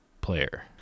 player